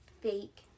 fake